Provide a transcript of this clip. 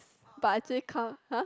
s~ but actually count !huh!